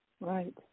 Right